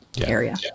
area